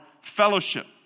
fellowship